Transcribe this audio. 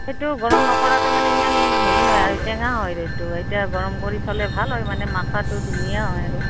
সেইটো গৰম নকৰাকে মানে ইমান হেৰি নহয় আৰু টেঙা হয় দৈটো এতিয়া গৰম কৰি থ'লে ভাল হয় মানে মাখাটো ধুনীয়া হয় আৰু